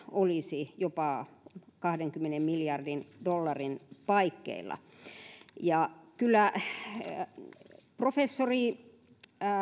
olisi jopa kahdenkymmenen miljardin dollarin paikkeilla professori